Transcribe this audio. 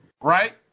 right